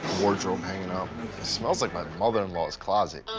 wardrobe hanging up. it smells like my mother-in-law's closet.